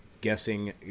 guessing